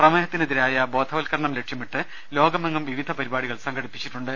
പ്രമേഹത്തിനെതിരായ ബോധവൽക്ക രണം ലക്ഷ്യമിട്ട് ലോകമെങ്ങും വിവിധ പരിപാടികൾ സംഘടിപ്പിച്ചിട്ടു ണ്ട്